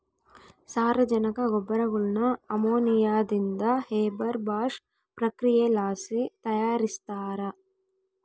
ಸಾರಜನಕ ಗೊಬ್ಬರಗುಳ್ನ ಅಮೋನಿಯಾದಿಂದ ಹೇಬರ್ ಬಾಷ್ ಪ್ರಕ್ರಿಯೆಲಾಸಿ ತಯಾರಿಸ್ತಾರ